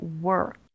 work